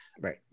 Right